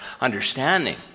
understanding